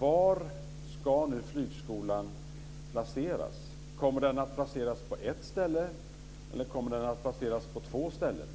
Var ska nu Flygskolan placeras, Tone Tingsgård? Kommer den att placeras på ett ställe, eller kommer den att placeras på två ställen?